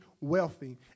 wealthy